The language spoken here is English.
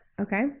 Okay